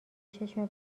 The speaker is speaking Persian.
چشم